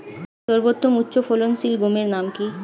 সর্বতম উচ্চ ফলনশীল গমের নাম কি?